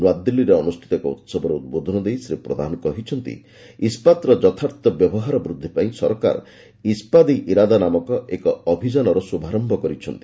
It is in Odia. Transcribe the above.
ନୂଆଦିଲ୍ଲୀରେ ଅନୁଷ୍ଠିତ ଏକ ଉହବରେ ଉଦ୍ବୋଧନ ଦେଇ ଶ୍ରୀ ପ୍ରଧାନ କହିଛନ୍ତି ଇସ୍କାତର ଯଥାର୍ଥ ବ୍ୟବହାର ବୃଦ୍ଧି ପାଇଁ ସରକାର 'ଇସ୍କାତି ଇରାଦା' ନାମକ ଏକ ଅଭିଯାନର ଶୁଭାରମ୍ଭ କରିଛନ୍ତି